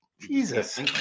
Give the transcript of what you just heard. Jesus